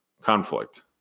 conflict